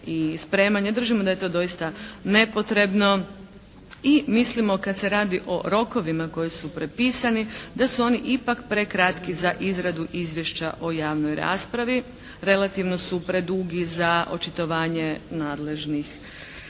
i spremanje, držimo da je to doista nepotrebno. I mislimo kad se radi o rokovima koji su prepisani da su oni ipak prekratki za izradu izvješća o javnoj raspravi, relativno su predugi za očitovanje nadležnih